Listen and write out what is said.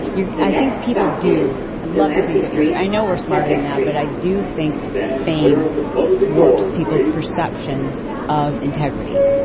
i think people do. i love to think that we're. i know we're smarter than that, but i do think fame warps people's perception of integrity.